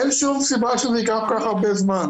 אין שום סיבה שזה ייקח כל כך הרבה זמן.